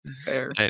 Fair